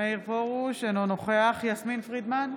אינו נוכח יסמין פרידמן,